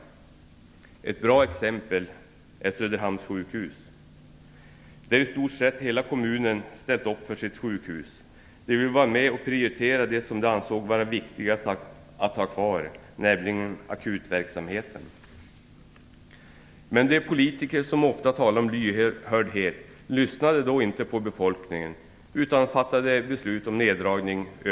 Ett bra exempel är Söderhamns sjukhus, där i stort sett hela kommunen ställde upp för sitt sjukhus. Man ville vara med och prioritera det som man ansåg vara viktigast att ha kvar, nämligen akutverksamheten. Men de politiker som så ofta talar om lyhördhet lyssnade inte på befolkningen utan fattade över dess huvuden beslut om neddragning.